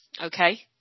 okay